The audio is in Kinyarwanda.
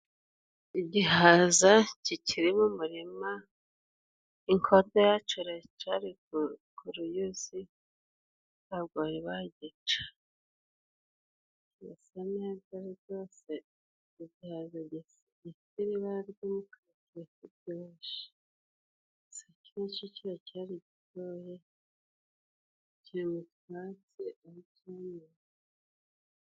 Igihaza kiki mu murima .Inkota yacyo iracyari ku ruyuzi ntabwo bari bagica .Kirasa neza..............................................